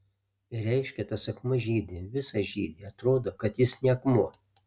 ir reiškia tas akmuo žydi visas žydi atrodo kad jis ne akmuo